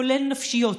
כולל נפשיות,